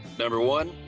number one,